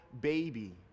baby